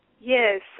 Yes